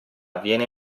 viene